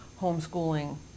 homeschooling